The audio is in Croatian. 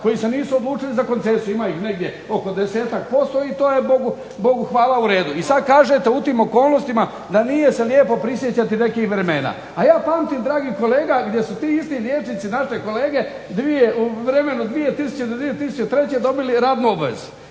koji se nisu odlučili za koncesiju. Ima ih negdje oko desetak posto i to je Bogu hvala u redu. I sad kažete u tim okolnostima da nije se lijepo prisjećati nekih vremena. A ja pamtim dragi kolega gdje su ti isti liječnici, naše kolege u vremenu od 2000. do 2003. dobili radnu obavezu.